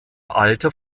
alter